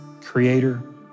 creator